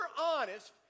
honest